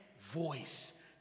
voice